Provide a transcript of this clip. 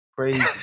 Crazy